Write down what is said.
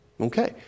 Okay